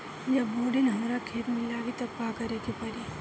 जब बोडिन हमारा खेत मे लागी तब का करे परी?